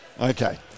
Okay